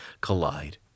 collide